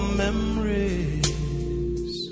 memories